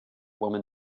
woman